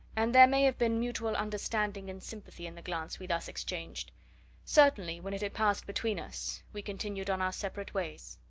and there may have been mutual understanding and sympathy in the glance we thus exchanged certainly, when it had passed between us, we continued on our separate ways,